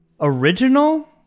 original